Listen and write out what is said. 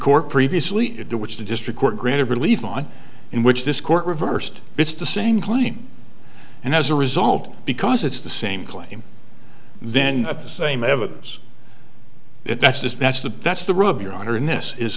court previously at the which the district court granted relief on in which this court reversed it's the same claim and as a result because it's the same claim then at the same evidence if that's the that's the that's the rub your honor in this is